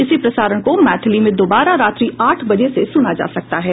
इसी प्रसारण को मैथिली में दोबारा रात्रि आठ बजे से सुना जा सकता है